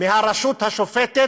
מהרשות השופטת,